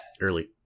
Early